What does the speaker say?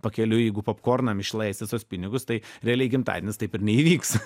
pakeliui jeigu popkornam išleis visus pinigus tai realiai gimtadienis taip ir neįvyks